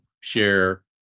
share